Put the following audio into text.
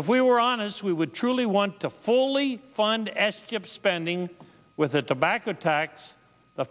if we were honest we would truly want to fully fund estep spending with a tobacco tax